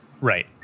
right